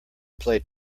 play